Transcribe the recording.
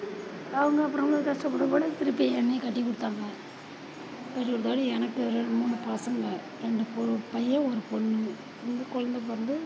அவங்க அப்புறோமேல கஷ்டப்படும் போலே திருப்பி என்னையும் கட்டிக் கொடுத்தாங்க கட்டிக் கொடுத்தோன்னே எனக்கு மூணு பசங்க ரெண்டு போ பையன் ஒரு பொண்ணு இந்த கொழந்த பிறந்து